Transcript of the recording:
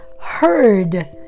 heard